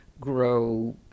grow